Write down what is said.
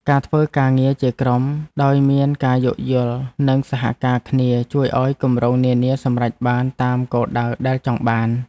ការធ្វើការងារជាក្រុមដោយមានការយោគយល់និងសហការគ្នា ជួយឱ្យគម្រោងនានាសម្រេចបានតាមគោលដៅដែលចង់បាន។